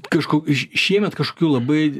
kažko š šiemet kažkokių labai